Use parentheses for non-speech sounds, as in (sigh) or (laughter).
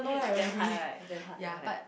(breath) damn hard right damn hard yea right